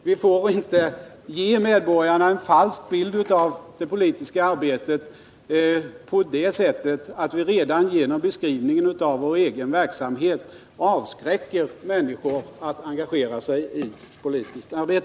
Vi får inte ge medborgarna en falsk bild av det politiska arbetet och på det sättet redan genom beskrivningen av vår egen verksamhet avskräcka människor från att engagera sig politiskt.